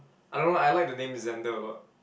I don't know I like the name Xander a lot